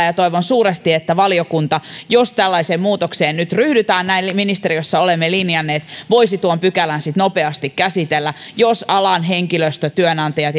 ja toivon suuresti että valiokunta jos tällaiseen muutokseen nyt ryhdytään näin ministeriössä olemme linjanneet voisi tuon pykälän sitten nopeasti käsitellä jos alan henkilöstö työnantajat